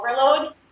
overload